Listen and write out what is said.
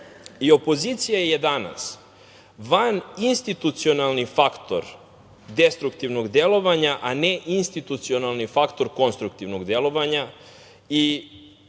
opozicija je danas vaninstitucionalni faktor destruktivnog delovanja, a ne institucionalni faktor konstruktivnog delovanja.